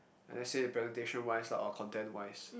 I never say presentation wise lah or content wise